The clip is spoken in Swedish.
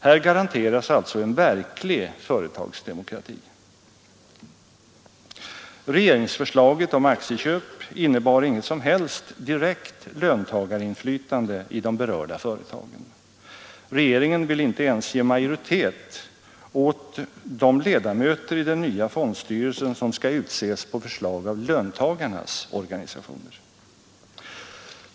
Här garanteras alltså en verklig företagsdemokrati. Regeringsförslaget om aktieköp innebar inget som helst löntagarinflytande i de berörda företagen. Regeringen vill inte ens ge majoritet åt de ledamöter i den nya fondstyrelsen som skall utses på förslag av löntagarnas 87 organisationer.